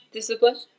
Discipline